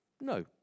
No